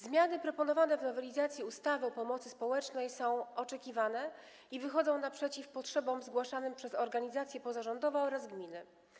Zmiany proponowane w nowelizacji ustawy o pomocy społecznej są oczekiwane i wychodzą naprzeciw potrzebom zgłaszanym przez organizacje pozarządowe oraz gminy.